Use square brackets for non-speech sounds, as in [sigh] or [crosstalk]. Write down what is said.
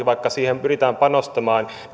[unintelligible] vaikka siihen pyritään panostamaan